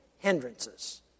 hindrances